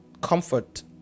comfort